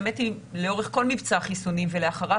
האמת היא שלאורך כל מבצע החיסונים ולאחריו